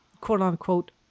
quote-unquote